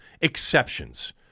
exceptions